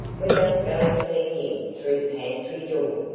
we must go and peek in through the pantry door. oh,